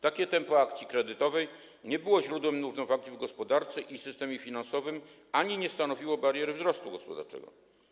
Takie tempo akcji kredytowej nie było źródłem nierównowagi w gospodarce i w systemie finansowym ani nie stanowiło bariery wzrostu gospodarczego.